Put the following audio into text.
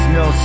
no